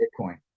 Bitcoin